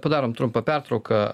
padarom trumpą pertrauką